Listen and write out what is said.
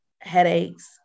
Headaches